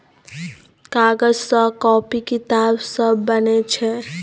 कागज सँ कांपी किताब सब बनै छै